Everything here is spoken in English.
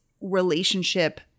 relationship